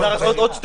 עוד שני